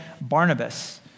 Barnabas